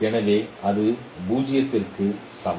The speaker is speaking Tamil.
எனவே அது 0 க்கு சமம்